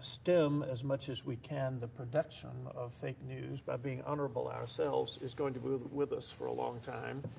stem as much as we can the production of fake news by being honorable ourselves is going to be with us for a long time.